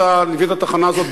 אתה ליווית את התחנה הזאת,